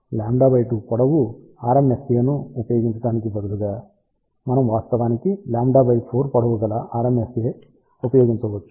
కాబట్టి అంటే λ2 పొడవు RMSA ను ఉపయోగించటానికి బదులుగా మనం వాస్తవానికి λ4 పొడవు గల RMSA ను ఉపయోగించవచ్చు